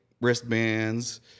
wristbands